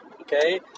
okay